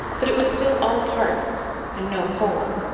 but it was still all parts and no whole.